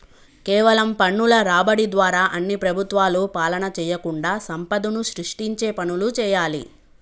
కేవలం పన్నుల రాబడి ద్వారా అన్ని ప్రభుత్వాలు పాలన చేయకుండా సంపదను సృష్టించే పనులు చేయాలి